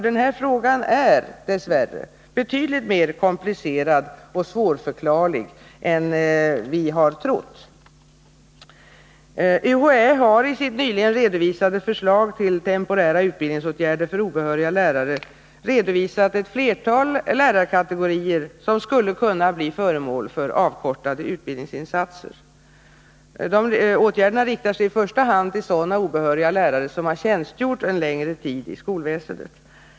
Den här frågan är nämligen dess värre betydligt mer komplicerad och problemen mer svårförklarliga än vi har trott. UHÄ har i sitt nyligen redovisade förslag till temporära utbildningsåtgärder för obehöriga lärare redovisat ett flertal lärarkategorier som skulle kunna bli föremål för avkortade utbildningsinsatser. Åtgärderna riktar sig i första hand till sådana obehöriga lärare som har tjänstgjort en längre tid i skolväsendet.